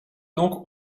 donc